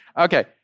Okay